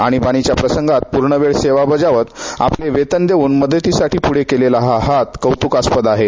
आणीबाणीच्या प्रसंगात पूर्णवेळ सेवा बजावत आपले वेतन देऊन मदतीसाठी पुढे केलेला हात कौतुकास्पद आहे